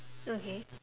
okay